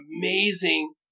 amazing